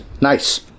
nice